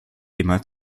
immer